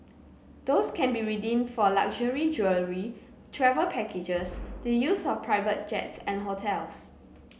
those can be redeemed for luxury jewellery travel packages the use of private jets and hotels